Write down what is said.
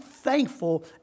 Thankful